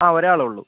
ആ ഒരാളേ ഉള്ളൂ